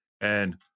and-